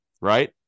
right